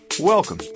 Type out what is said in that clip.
Welcome